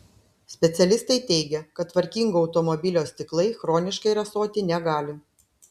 specialistai teigia kad tvarkingo automobilio stiklai chroniškai rasoti negali